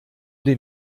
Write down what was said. den